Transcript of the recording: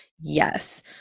yes